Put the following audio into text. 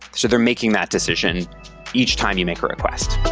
so they're making that decision each time you make a request.